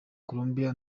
colombia